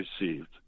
received